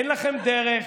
אין לכם דרך,